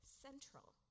central